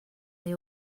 they